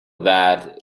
that